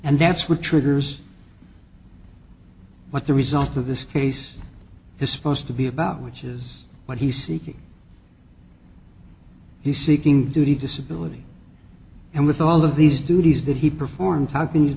and that's what triggers what the result of this case is supposed to be about which is what he seeking he's seeking duty disability and with all of these duties that he performed how can you